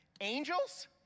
angels